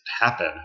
happen